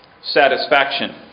satisfaction